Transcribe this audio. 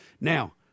Now